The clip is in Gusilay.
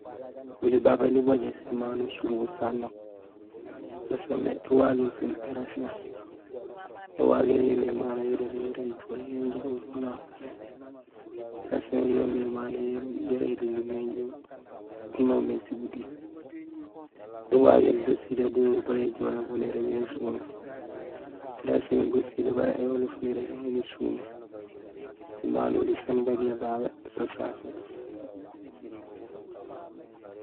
Oli babé nubajé simano surubo sanaput: so soomé éwagéén sin érasihon. Ēwagéén yoomé émano yololi yara éjoolee yanja oli unaaf mé, érasihon yoomé émano yara élunlum yanja unoom mé sibutik. Ēwagéén basilé bololi bara éjoola nérégé nésumé, érasihon basilé bara éholoof nérégé nésumé. Simano oli saan ubaaj mé babé so sasé.